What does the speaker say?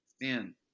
man